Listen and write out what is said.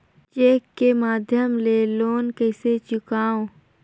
Cheque के माध्यम ले लोन कइसे चुकांव?